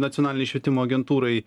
nacionalinei švietimo agentūrai